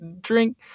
drink